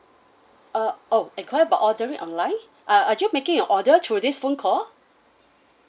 uh oh enquiring about ordering online uh are you making your order through this phone call